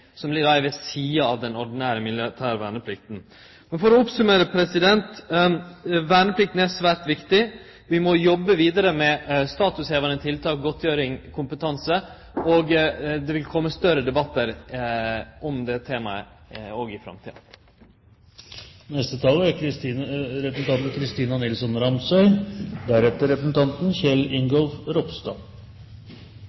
ved sidan av den ordinære militære verneplikta. For å oppsummere: Verneplikta er svært viktig, vi må jobbe vidare med statushevande tiltak, godtgjering og kompetanse. Det vil kome større debattar om temaet òg i framtida. Senterpartiet er